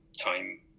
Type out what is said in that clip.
time